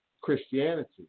Christianity